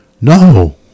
No